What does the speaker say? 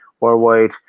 worldwide